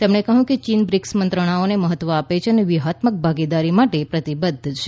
તેમણે કહ્યું કે ચીન બ્રિક્સ મંત્રણાઓને મહત્વ આપે છે અને વ્યૂહાત્મક ભાગીદારી માટે પ્રતિબદ્ધ છે